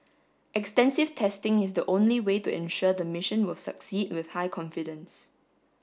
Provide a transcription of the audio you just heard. extensive testing is the only way to ensure the mission will succeed with high confidence